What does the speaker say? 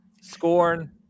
Scorn